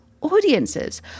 audiences